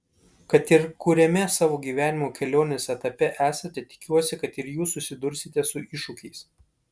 kad ir kuriame savo gyvenimo kelionės etape esate tikiuosi kad ir jūs susidursite su iššūkiais